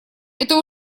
это